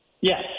Yes